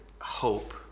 hope